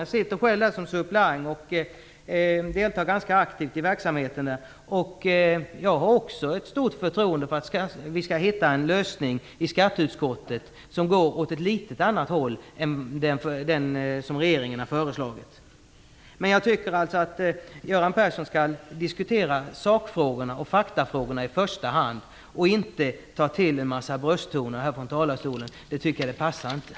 Jag sitter själv där som suppleant och deltar ganska aktivt i verksamheten. Jag har också ett stort förtroende för att vi i skatteutskottet skall hitta en lösning som går åt ett annat håll än den som regeringen har föreslagit. Jag tycker att Göran Persson skall diskutera sakfrågorna och faktafrågorna i första hand och inte ta till en massa brösttoner i talarstolen. Jag tycker inte att det passar.